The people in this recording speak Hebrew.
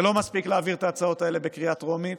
זה לא מספיק להעביר את ההצעות האלה בקריאה טרומית.